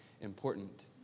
important